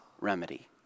remedy